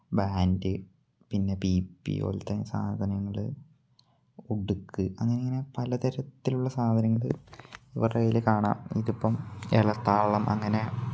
band പിന്നെ പീപ്പി പോലെത്തെ സാധനങ്ങൾ ഉടുക്ക് അങ്ങനെ അങ്ങനെ പല തരത്തിലുള്ള സാധനങ്ങൾ ഇവരുടെ കൈയിൽ കാണാം ഇതിപ്പം എലത്താളം അങ്ങനെ